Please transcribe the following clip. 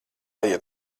iet